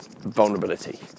vulnerability